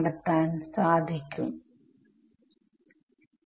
അതാണ് ഫോർമാറ്റ്